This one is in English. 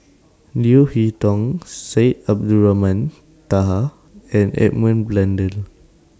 Leo Hee Tong Syed Abdulrahman Taha and Edmund Blundell